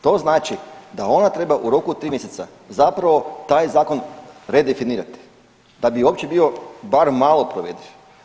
To znači da ona treba u roku od 3 mjeseca zapravo taj zakon redefinirati da bi uopće bio bar malo provediv.